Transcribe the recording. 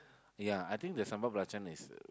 yeah I think the sambal belacan is